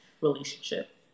relationship